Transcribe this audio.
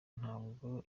ntabwo